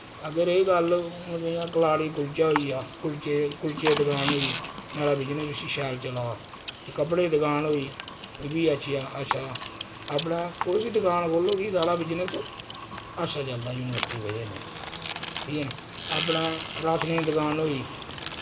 अगर एह् गल्ल हुन जि'यां कलाड़ी कुल्चा होइया कुल्चे कुल्चे दुकान होई नुआढ़ा बिजनेस बी शैल चला दा कपड़े दुकान होई एह् बी अच्छी ऐ अच्छा अपना कोई बी दुकान खोह्लो कि साढ़ा बिजनेस अच्छा चलदा यूनिवस्टी दी बजह कन्नै ठीक ऐ नि अपनै राशन ए दुकान होई